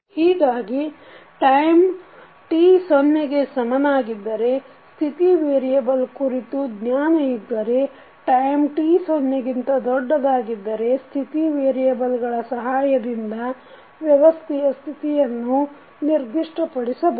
ಹೀಗಾಗಿ time t ಸೊನ್ನೆಗೆ ಸಮನಾಗಿದ್ದರೆ ಸ್ಥಿತಿ ವೇರಿಯಬಲ್ ಕುರಿತು ಜ್ಞಾನ ಇದ್ದರೆ ಟೈಮ್ t ಸೊನ್ನೆಗಿಂತ ದೊಡ್ಡದಾಗಿದ್ದರೆ ಸ್ಥಿತಿ ವೇರಿಯಬಲ್ ಗಳ ಸಹಾಯದಿಂದ ವ್ಯವಸ್ಥೆಯ ಸ್ಥಿತಿಯನ್ನು ನಿರ್ದಿಷ್ಟ ಪಡಿಸಬಹುದು